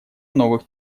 новых